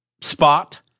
spot